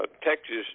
Texas